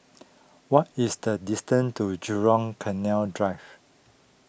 what is the distance to Jurong Canal Drive